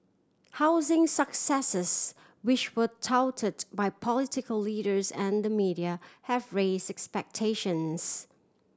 housing successes which were touted by political leaders and the media have raise expectations